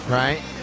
right